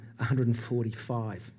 145